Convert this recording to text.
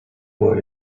boy